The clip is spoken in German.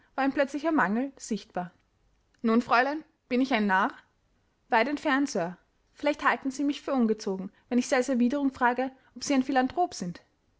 ein plötzlicher mangel sichtbar nun fräulein bin ich ein narr weit entfernt sir vielleicht halten sie mich für ungezogen wenn ich sie als erwiderung frage ob sie ein philanthrop sind